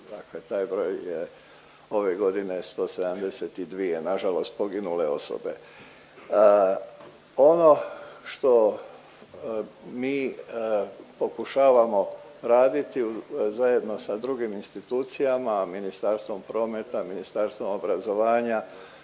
Dakle, taj broj je ove godine 172 nažalost poginule osobe. Ono što mi pokušavamo raditi zajedno sa drugim institucijama Ministarstvom prometa, Ministarstvom obrazovanja,